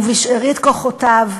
ובשארית כוחותיו,